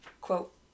quote